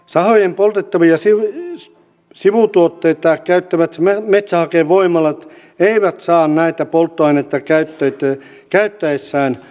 sahojen poltettavia sivutuotteita käyttävät metsähakevoimalat eivät saa tätä polttoainetta käyttäessään muuttuvaa sähköntuotantotukea